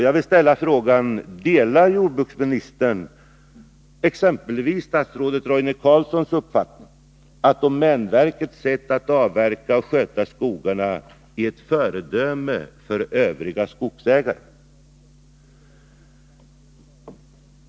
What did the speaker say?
Jag vill ställa frågan: Delar jordbruksministern exempelvis statsrådet Roine Carlssons uppfattning att domänverkets sätt att avverka och sköta skogarna är ett föredöme för övriga skogsägare?